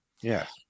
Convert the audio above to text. Yes